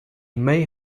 may